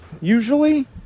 Usually